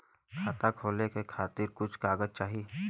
खाता खोले के खातिर कुछ कागज चाही?